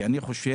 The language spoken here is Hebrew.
כי אני חושב